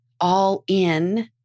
all-in